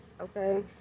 okay